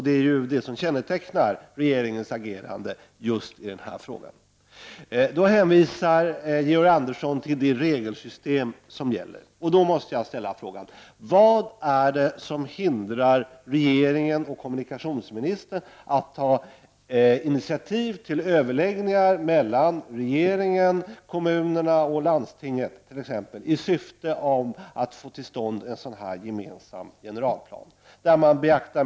Det är det som kännetecknar regeringens agerande i just denna fråga. Georg Andersson hänvisar till det regelsystem som gäller. Vad är det som hindrar regeringen och kommunikationsministern att ta initiativ till överläggningar mellan regeringen, kommunerna och landstinget t.ex. i syfte att få till stånd en gemensam generalplan?